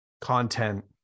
content